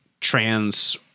trans